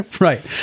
right